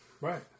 Right